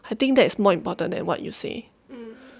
I think that is more important than what you say